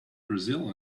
brazil